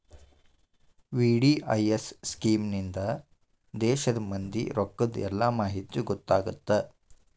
VDIS scheme ಇಂದಾ ದೇಶದ್ ಮಂದಿ ರೊಕ್ಕದ್ ಎಲ್ಲಾ ಮಾಹಿತಿ ಗೊತ್ತಾಗತ್ತ